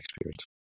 experience